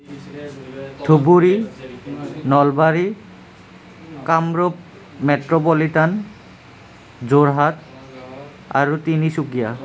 Dhubri Nalbari Kamrup metropolitan Jorhat আৰু তিনিচুকীয়া